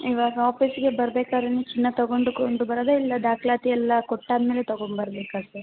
ಇವಾಗ ಆಫೀಸ್ಗೆ ಬರಬೇಕಾದರೇನೇ ಚಿನ್ನ ತಗೊಂಡು ಕೊಂಡು ಬರೋದಾ ಇಲ್ಲ ದಾಖಲಾತಿ ಎಲ್ಲ ಕೊಟ್ಟಾದ ಮೇಲೆ ತಗೊಂಬರ್ಬೇಕಾ ಸರ್